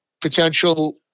potential